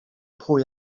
pwy